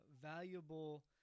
valuable